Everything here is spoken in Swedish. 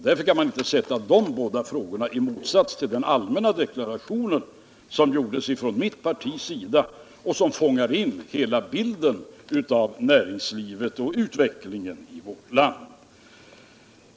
Därför kan man inte sätta de båda frågorna i motsats till den allmänna deklaration som gjordes från mitt partis sida och som fångade in hela bilden av näringslivet och utvecklingen i vårt land.